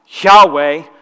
Yahweh